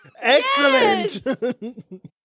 Excellent